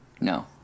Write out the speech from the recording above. No